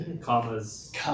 Commas